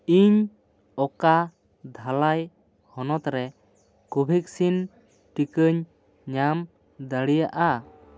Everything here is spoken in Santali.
ᱤᱧ ᱚᱠᱟ ᱫᱷᱟᱞᱟᱭ ᱦᱚᱱᱚᱛ ᱨᱮ ᱠᱳᱵᱷᱮᱠᱥᱤᱱ ᱴᱤᱠᱟᱹᱧ ᱧᱟᱢ ᱫᱟᱲᱮᱭᱟᱜᱼᱟ